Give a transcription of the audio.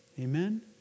Amen